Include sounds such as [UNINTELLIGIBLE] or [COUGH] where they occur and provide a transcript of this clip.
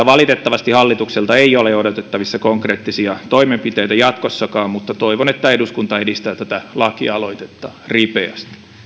[UNINTELLIGIBLE] valitettavasti hallitukselta ei ole odotettavissa konkreettisia toimenpiteitä jatkossakaan mutta toivon että eduskunta edistää tätä lakialoitetta ripeästi